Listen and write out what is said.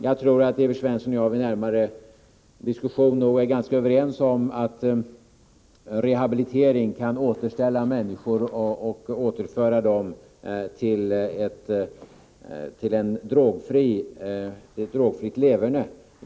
Jag tror att Evert Svensson och jag vid närmare diskussion är ganska överens om att rehabilitering kan återställa människor och återföra dem till ett drogfritt leverne.